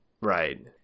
Right